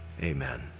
amen